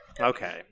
Okay